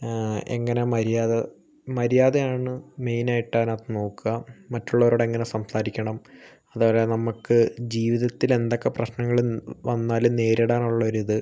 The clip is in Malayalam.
എങ്ങനെ മര്യാദ മര്യാദയാണ് മെയിൻ ആയിട്ട് അതിനകത്തു നോക്ക മറ്റുള്ളവരോട് എങ്ങനെ സംസാരിക്കണം അതുപോലെ നമ്മക്ക് ജീവിതത്തിൽ എന്തൊക്കെ പ്രശ്നം വന്നാലും നേരിടാൻ ഉള്ള ഒര് ഇത്